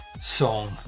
song